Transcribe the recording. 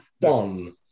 fun